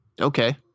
Okay